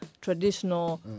traditional